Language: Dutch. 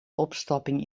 opstopping